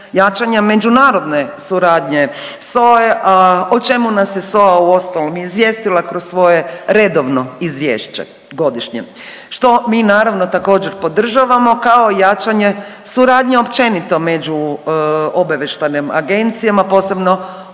jačanja međunarodne suradnje SOA-e, o čemu nas je SOA, uostalom i izvijestila kroz svoje rednovno izvješće godišnje, što mi, naravno, također, podržavamo, kao i jačanje suradnje općenito među obavještajnim agencijama, posebno